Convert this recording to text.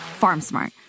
FarmSmart